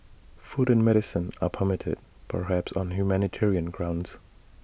food and medicine are permitted perhaps on humanitarian grounds